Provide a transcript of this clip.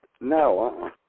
No